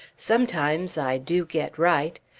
sometimes i do get right.